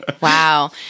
Wow